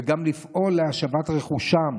וגם לפעול להשבת רכושם,